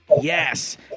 yes